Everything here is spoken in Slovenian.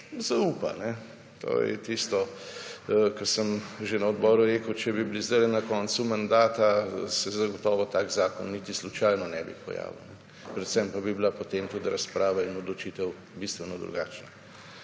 zaupa. To je tisto, kar sem že na odboru rekel, če bi bili sedaj na koncu mandata se zagotovo tak zakon niti slučajno ne bi pojavil predvsem pa bi bila, potem tudi razprava in odločitev bistveno drugačna.